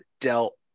dealt